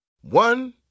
One